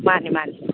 ꯃꯥꯅꯤ ꯃꯥꯅꯤ